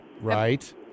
right